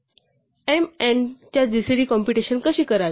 m n च्या GCD computation कशी करावी